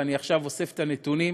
ואני עכשיו אוסף את הנתונים.